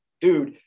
dude